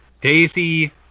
daisy